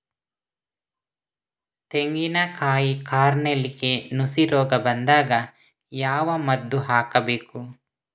ತೆಂಗಿನ ಕಾಯಿ ಕಾರ್ನೆಲ್ಗೆ ನುಸಿ ರೋಗ ಬಂದಾಗ ಯಾವ ಮದ್ದು ಹಾಕಬೇಕು?